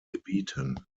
gebieten